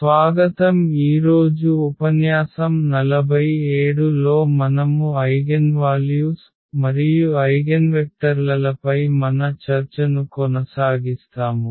స్వాగతం ఈరోజు ఉపన్యాసం 47 లో మనము ఐగెన్వాల్యూస్ మరియు ఐగెన్వెక్టర్ల లపై మన చర్చను కొనసాగిస్తాము